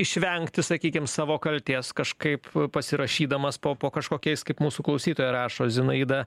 išvengti sakykim savo kaltės kažkaip pasirašydamas po po kažkokiais kaip mūsų klausytoja rašo zinaida